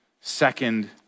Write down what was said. second